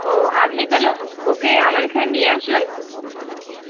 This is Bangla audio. ও আপনি তাহলে ও ওকে আমার এখানে নিয়ে আসুন